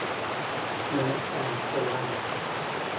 ᱢᱮᱱᱟᱜ ᱛᱟᱞᱮ ᱴᱚᱞᱟᱨᱮ